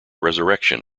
resurrection